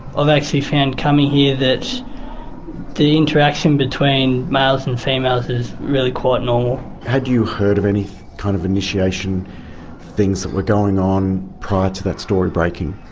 actually found coming here that the interaction between males and females is really quite normal. had you heard of any kind of initiation things that were going on prior to that story breaking?